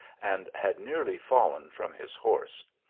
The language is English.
and had nearly fallen from his horse.